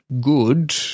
good